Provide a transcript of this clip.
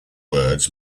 words